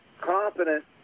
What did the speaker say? confident